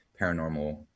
paranormal